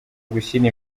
gushyira